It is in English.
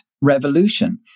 Revolution